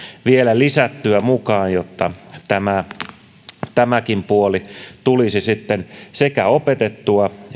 vielä lisättyä mukaan jotta tämäkin puoli tulisi sitten opetettua